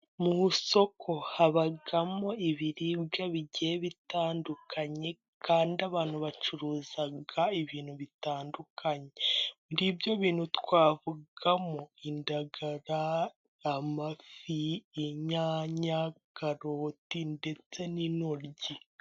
Mu isoko habamo ibiribwa bigiye bitandukanye, kandi abantu bacuruza ibintu bitandukanye, muri ibyo bintu twavugamo:indagara, amafi, inyanya, karoti, ndetse n'intoryi.